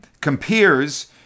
compares